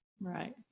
Right